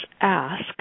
ask